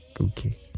okay